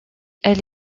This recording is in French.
elle